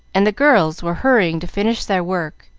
and the girls were hurrying to finish their work,